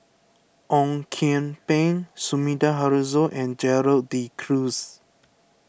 Ong Kian Peng Sumida Haruzo and Gerald De Cruz